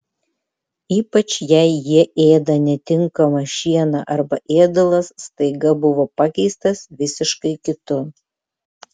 ypač jei jie ėda netinkamą šieną arba ėdalas staiga buvo pakeistas visiškai kitu